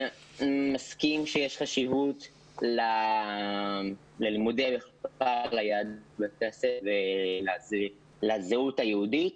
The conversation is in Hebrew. אני מסכים שיש חשיבות ללימודי יהדות בבתי הספר ולזהות היהודית.